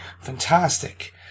Fantastic